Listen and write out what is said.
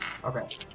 Okay